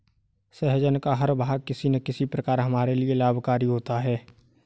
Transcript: सहजन का हर भाग किसी न किसी प्रकार हमारे लिए लाभकारी होता है